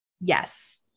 yes